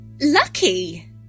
Lucky